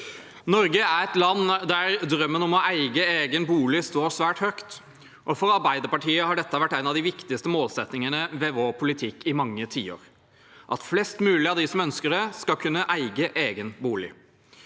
Norge er et land der drømmen om å eie egen bolig står svært høyt. For Arbeiderpartiet har en av de viktigste målsettingene med vår politikk i mange tiår vært at flest mulig av dem som ønsker det, skal kunne eie egen bolig.